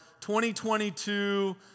2022